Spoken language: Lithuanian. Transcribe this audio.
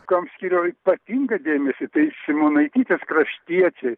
kam skyriau ypatingą dėmesį tai simonaitytės kraštiečiai